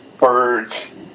birds